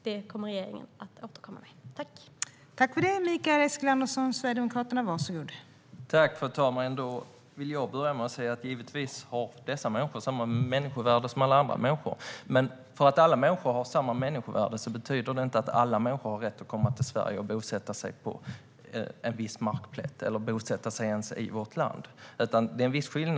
Det kommer regeringen att återkomma med.